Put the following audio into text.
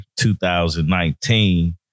2019